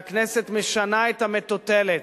והכנסת משנה את המטוטלת,